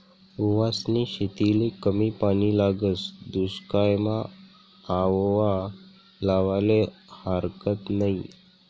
ओवासनी शेतीले कमी पानी लागस, दुश्कायमा आओवा लावाले हारकत नयी